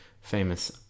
famous